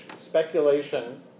speculation